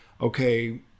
Okay